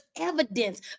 evidence